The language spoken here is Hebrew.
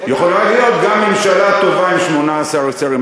יכולה להיות גם ממשלה טובה עם 18 שרים.